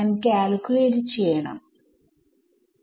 അതിനാൽ ഇത് നോട് സമം ആവും